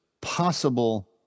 possible